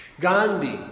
Gandhi